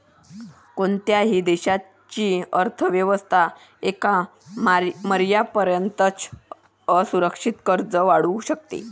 कोणत्याही देशाची अर्थ व्यवस्था एका मर्यादेपर्यंतच असुरक्षित कर्ज वाढवू शकते